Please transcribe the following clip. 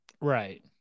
Right